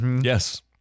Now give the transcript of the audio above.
yes